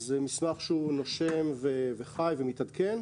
זה מסמך שהוא נושם, חי ומתעדכן.